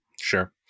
Sure